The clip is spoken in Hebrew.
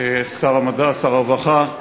שר המדע, שר הרווחה,